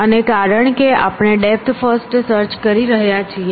અને કારણ કે આપણે ડેપ્થ ફર્સ્ટ સર્ચ કરી રહ્યા છીએ